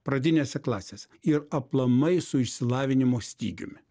pradinėse klasėse ir aplamai su išsilavinimo stygiumi